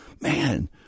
man